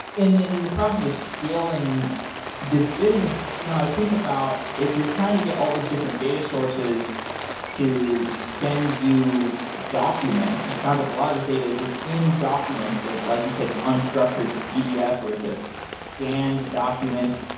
in the process of scaling this business, you know i think about if you're trying to get all these different data sources to send you documents, because it sounds like a lot of these data is just in documents that, like you said, is unstructured. it's a pdf or it's a scanned document.